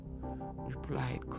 replied